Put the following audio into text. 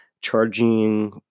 charging